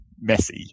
messy